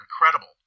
incredible